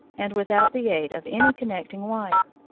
and without the aid of any connecting wire.